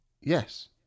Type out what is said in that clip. Yes